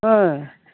ओ